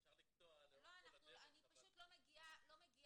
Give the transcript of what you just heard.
אפשר לקטוע -- אני פשוט לא מגיעה